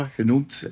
genoemd